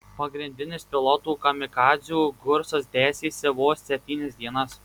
pagrindinis pilotų kamikadzių kursas tęsėsi vos septynias dienas